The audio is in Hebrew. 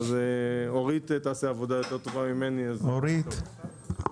אורית תעשה עבודה יותר טובה ממני והיא תסביר.